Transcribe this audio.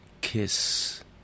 Kiss